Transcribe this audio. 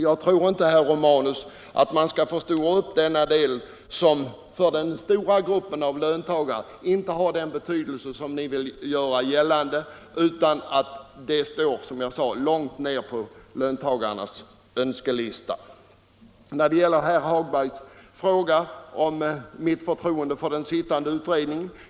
Jag tror inte, herr Romanus, att ni bör förstora upp denna fråga. Den har inte för den stora gruppen löntagare den betydelse som ni vill göra gällande, utan detta önskemål står, som jag tidigare sade, långt ner på löntagarnas önskelista. Herr Hagberg i Borlänge ställde en fråga om mitt förtroende för den sittande utredningen.